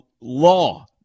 law